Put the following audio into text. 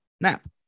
nap